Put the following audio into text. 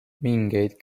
mingeid